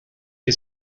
que